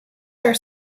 are